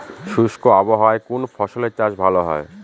শুষ্ক আবহাওয়ায় কোন ফসলের চাষ ভালো হয়?